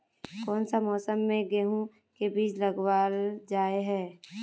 कोन सा मौसम में गेंहू के बीज लगावल जाय है